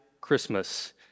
Christmas